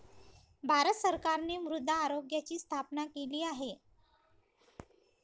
भारत सरकारने मृदा आरोग्याची स्थापना केली आहे